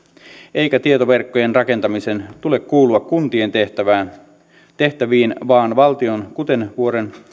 eikä tietoverkkojen rakentamisen tule kuulua kuntien tehtäviin vaan valtion kuten vuoden